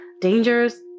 dangers